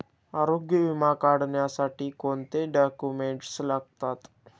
आरोग्य विमा काढण्यासाठी कोणते डॉक्युमेंट्स लागतात?